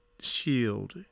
shield